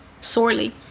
sorely